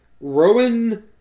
Rowan